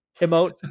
emote